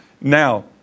Now